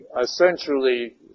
Essentially